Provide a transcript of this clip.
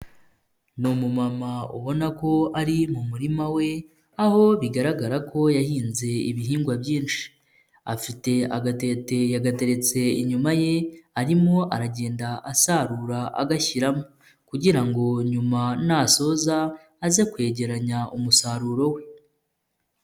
Ni umumama ubona ko ari mu murima we, aho bigaragara ko yahinze ibihingwa byinshi, afite agatete yagateretse inyuma ye, arimo aragenda asarura agashyiramo kugira ngo nyuma nasoza aze kwegeranya umusaruro we.